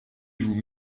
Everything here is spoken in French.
joues